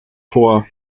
vor